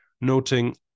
noting